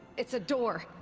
it's a door.